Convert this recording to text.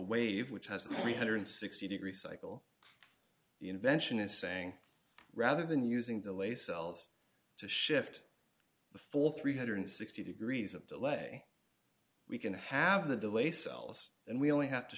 wave which has three hundred and sixty degree cycle the invention is saying rather than using delay cells to shift the full three hundred and sixty degrees of delay we can have the delay cells and we only have to